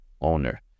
owner